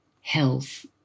health